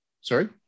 Sorry